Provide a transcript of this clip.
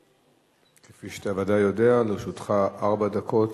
כפי שאתה בוודאי יודע, לרשותך ארבע דקות.